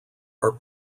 are